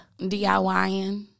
DIYing